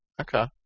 okay